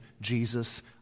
Jesus